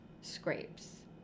scrapes